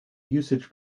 usage